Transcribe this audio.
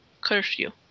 Curfew